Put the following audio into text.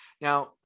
now